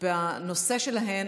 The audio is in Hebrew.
בנושא שלהן,